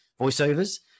voiceovers